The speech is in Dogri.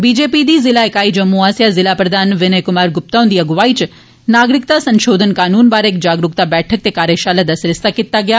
भाजपा दी जिला इकाई जम्मू आस्सेआ जिला प्रधान विनय कुमार गुप्ता हुंदी अगुवाई च नागरिकता संशोधन कनून बारे इक जागरूकता बैठक ते कार्यशाला दा सरीसता कीता गेआ